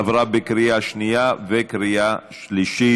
עברה בקריאה שנייה ובקריאה שלישית.